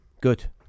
good